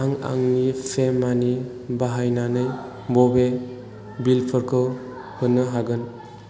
आं आंनि पेइउ मानि बाहायनानै बबे बिलफोरखौ होनो हागोन